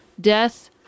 death